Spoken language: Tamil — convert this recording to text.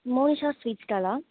மோனிஷா ஸ்வீட் ஸ்டால்லா